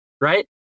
right